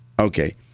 Okay